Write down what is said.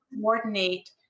coordinate